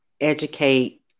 educate